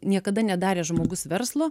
niekada nedarė žmogus verslo